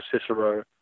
Cicero